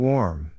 Warm